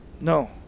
No